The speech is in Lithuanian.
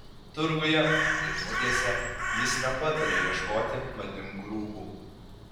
turguje ir mugėse jis nepataria ieškoti madingų rūbų